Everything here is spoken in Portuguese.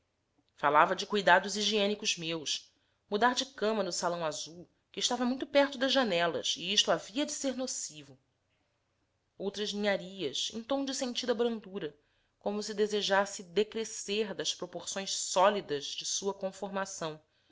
falava de cuidados higiênicos meus mudar de cama no salão azul que estava muito perto das janelas e isto havia de ser nocivo outras ninharias em tom de sentida brandura como se desejasse decrescer das proporções sólidas de sua conformação